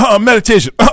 Meditation